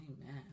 Amen